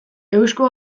eusko